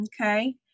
Okay